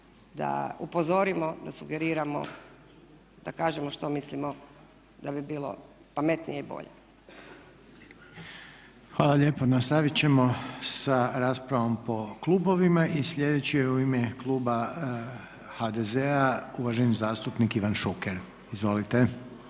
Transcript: da upozorimo, da sugeriramo, da kažemo što mislimo da bi bilo pametnije i bolje. **Reiner, Željko (HDZ)** Hvala lijepa. Nastavit ćemo sa raspravom po klubovima. Sljedeći je u ime kluba HDZ-a uvaženi zastupnik Ivan Šuker, izvolite.